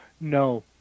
No